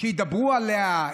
שידברו עליה.